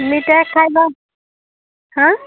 ମିଠା ଖାଇବା ହାଁ